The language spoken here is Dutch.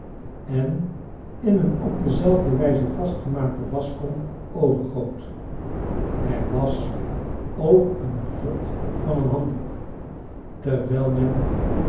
en in een op dezelfde wijze vastgemaakte waschkom overgoot er was ook een vod van n handdoek terwijl